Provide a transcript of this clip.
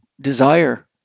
desire